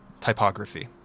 typography